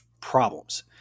problems